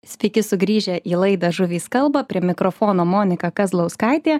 sveiki sugrįžę į laidą žuvys kalba prie mikrofono monika kazlauskaitė